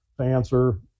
answer